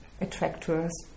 attractors